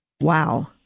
Wow